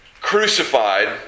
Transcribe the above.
crucified